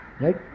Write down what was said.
Right